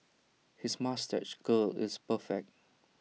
his moustache curl is perfect